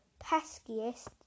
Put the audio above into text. peskiest